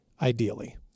ideally